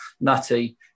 Nutty